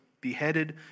beheaded